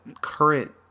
current